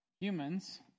humans